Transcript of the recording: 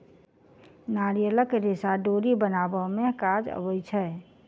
नारियलक रेशा डोरी बनाबअ में काज अबै छै